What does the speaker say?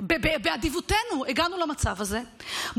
באדיבותנו הגענו למצב הזה,